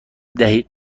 بدهید